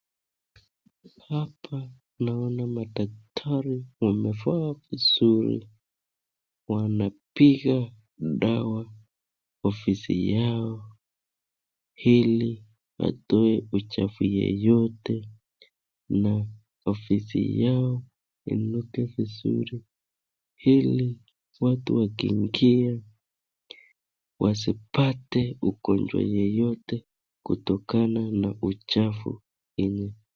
hapa naona madakitari wamevaa vizuri wapiga dawa ofisi yao iliwatowe uchafu yeyote na ofisi yao inuke vizuri iliwatu wakiingia wasipate ugonjwa yeyote kutokana na uchafu yenye